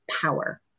power